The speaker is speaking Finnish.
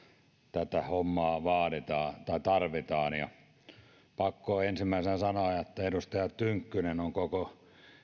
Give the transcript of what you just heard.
tätä hommaa tarvitaan pakko ensimmäisenä sanoa että edustaja tynkkynen on koko